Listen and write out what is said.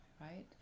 right